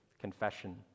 confession